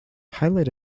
highlight